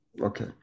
Okay